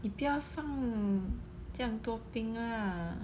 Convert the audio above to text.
你不要放这样多冰 lah